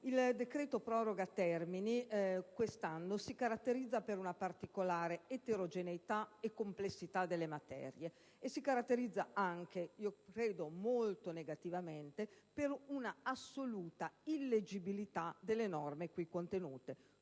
il decreto di proroga termini quest'anno si caratterizza per una particolare eterogeneità e complessità delle materie e si caratterizza anche - credo molto negativamente - per un'assoluta illeggibilità delle norme in esse contenute;